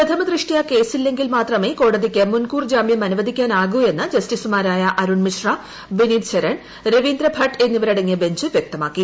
പ്രഥമദൃഷ്ട്യാ കേസില്ലെങ്കിൽ മാത്രമേ കോടതിക്ക് മുൻകൂർ ജാമ്യം അനുവദിക്കാനാകു എന്ന് ജസ്റ്റിസുമാരായ അരുൺ മിശ്ര വിനീത് ശരൺ രവീന്ദ്ര ഭട്ട് എന്നിവരടങ്ങിയ ബെഞ്ച് വൃക്തമാക്കി